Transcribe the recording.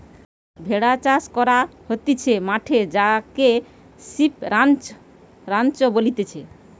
ভেড়া চাষ করা হতিছে মাঠে যাকে সিপ রাঞ্চ বলতিছে